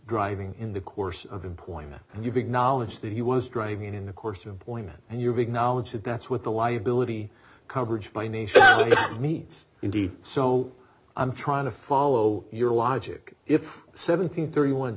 driving in the course of employment and you big knowledge that he was driving in the course of point and your big knowledge that that's what the liability coverage by nation needs indeed so i'm trying to follow your logic if seven think thirty one